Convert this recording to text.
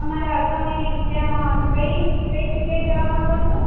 તમારા તમે ત્યાં કઈ કઈ જગ્યાએ જાવા માંગો છો